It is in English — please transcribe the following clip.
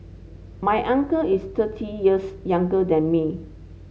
my uncle is thirty years younger than me